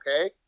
okay